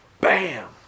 bam